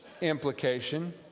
implication